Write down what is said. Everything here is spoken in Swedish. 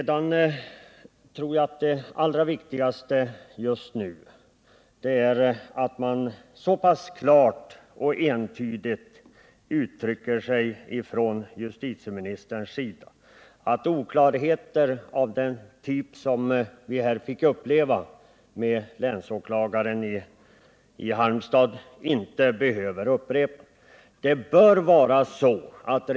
Jag tror att det allra viktigaste just nu är att justitieministern uttrycker sig så pass klart och entydigt att oklarheter av den typ som legat bakom fallet med länsåklagaren i Halmstad inte behöver förekomma i fortsättningen.